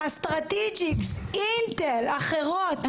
אסטרטיג'יז, אינטל, אחרות,